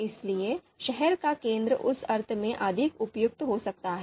इसलिए शहर का केंद्र उस अर्थ में अधिक उपयुक्त हो सकता है